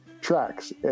tracks